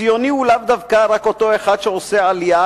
ציוני הוא לאו דווקא רק אותו אחד שעושה עלייה,